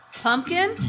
Pumpkin